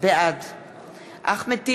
בעד אחמד טיבי,